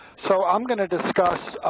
so i'm going to discuss